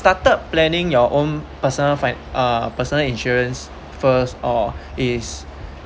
started planning your own personal fi~ uh personal insurance first or is